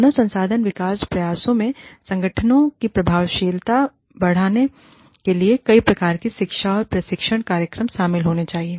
मानव संसाधन विकास प्रयासों में संगठनों की प्रभावशीलता बढ़ाने के लिए कई प्रकार की शिक्षा और प्रशिक्षण कार्यक्रम शामिल होने चाहिए